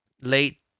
late